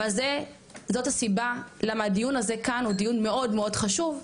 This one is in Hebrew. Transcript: אבל זאת הסיבה למה הדיון הזה כאן הוא דיון מאוד מאוד חשוב,